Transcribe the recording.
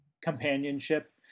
companionship